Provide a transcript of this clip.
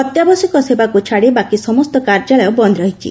ଅତ୍ୟାବଶ୍ୟକ ସେବାକୁ ଛାଡ଼ି ବାକି ସମସ୍ତ କାର୍ଯ୍ୟାଳୟ ବନ୍ଦ ରହିଛି